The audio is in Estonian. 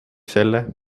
selle